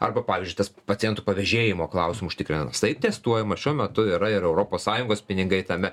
arba pavyzdžiui tas pacientų pavėžėjimo klausimų užtikrinamas taip testuojamas šiuo metu yra ir europos sąjungos pinigai tame